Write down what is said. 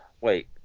wait